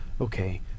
Okay